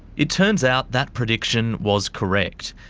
it turns out that prediction was correct.